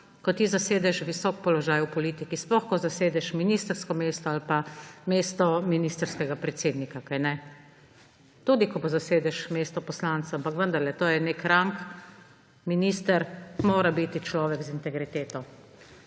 ko ti zasedeš visok položaj v politiki, sploh ko zasedeš ministrsko mesto ali pa mesto ministrskega predsednika, kajne? Tudi ko zasedeš mesto poslanca, ampak vendarle je to nek rang, minister mora biti človek z integriteto.